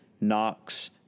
Knox